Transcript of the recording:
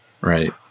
right